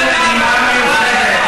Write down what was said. אנו מדינה מיוחדת.